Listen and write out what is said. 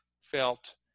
felt